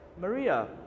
Maria